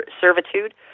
servitude